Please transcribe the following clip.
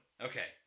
Okay